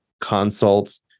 consults